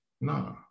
nah